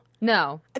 No